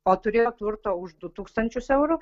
o turėjo turto už du tūkstančius eurų